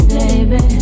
baby